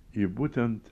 į būtent